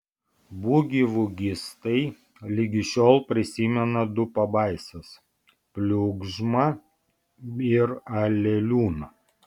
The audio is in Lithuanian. bugivugistai ligi šiol prisimena du pabaisas pliugžmą ir aleliūną